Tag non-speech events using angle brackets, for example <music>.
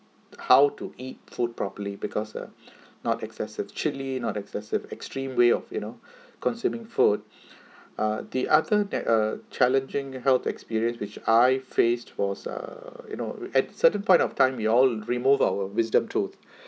how to eat food properly because uh not excessive chilli not excessive extreme way of you know consuming food <breath> ah the other that uh challenging health experience which I faced was err you know at certain point of time we all remove our wisdom tooth